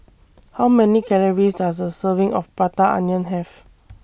How Many Calories Does A Serving of Prata Onion Have